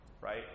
Right